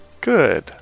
Good